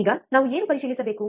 ಈಗ ನಾವು ಏನು ಪರಿಶೀಲಿಸಬೇಕು